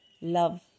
Love